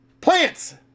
plants